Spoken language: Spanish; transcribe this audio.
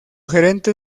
gerente